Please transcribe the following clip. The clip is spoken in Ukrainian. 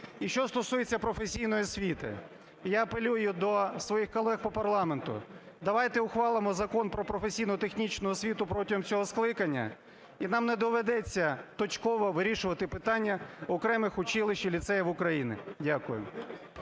І що стосується професійної освіти. Я апелюю до своїх колег по парламенту: давайте ухвалимо Закон про професійно-технічну освіту протягом цього скликання, і нам не доведеться точково вирішувати питання окремих училищ і ліцеїв України. Дякую.